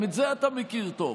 גם את זה אתה מכיר טוב,